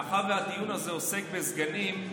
מאחר שהדיון הזה עוסק בסגנים,